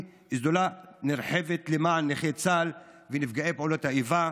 שדולה נרחבת למען נכי צה"ל ונפגעי פעולות האיבה,